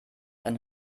ein